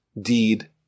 deed